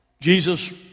Jesus